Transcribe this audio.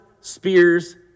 spears